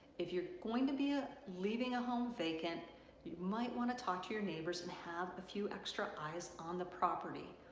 if you're going to be a leaving a home vacant might want to talk to your neighbors and have a few extra eyes on property.